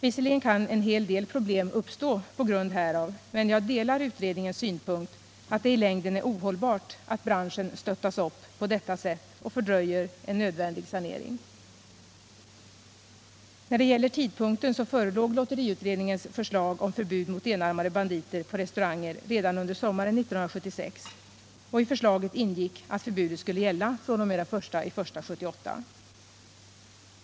Visserligen kan en hel del problem uppstå på grund härav, men jag delar utredningens synpunkt att det i längden är ohållbart att branschen stöttas upp på detta sätt, och det fördröjer en nödvändig sanering. När det gäller tidpunkten förelåg lotteriutredningens förslag om förbud mot enarmade banditer på restauranger redan under sommaren 1976, och i förslaget ingick att förbudet skulle gälla fr.o.m. den 1 januari 1978.